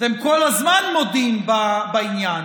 אתם כל הזמן מודים בעניין,